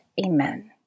Amen